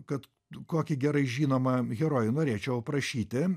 kad kokį gerai žinomą herojų norėčiau prašyti